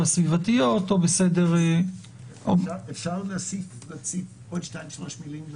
המגדריות והסביבתיות" -- אפשר להוסיף עוד 3-2 מילים --- בסדר,